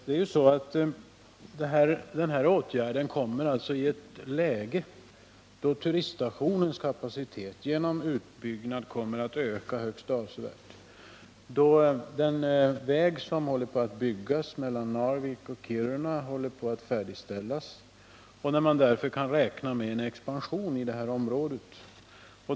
Den här åtgärden kommer i ett läge då turiststationens kapacitet genom utbyggnad kommer att öka högst avsevärt, då den väg som byggs mellan Narvik och Kiruna håller på att färdigställas och då man kan räkna med en expansion i området.